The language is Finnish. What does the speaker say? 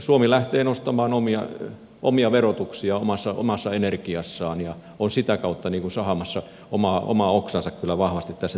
suomi lähtee nostamaan omia verotuksiaan omassa energiassaan ja on sitä kautta sahaamassa omaa oksaansa kyllä vahvasti tässä tilanteessa poikki